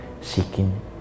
seeking